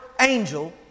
angel